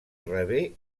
rebé